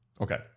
Okay